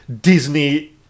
Disney